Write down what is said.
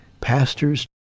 pastors